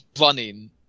running